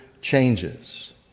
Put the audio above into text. changes